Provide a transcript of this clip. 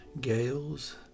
gales